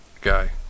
guy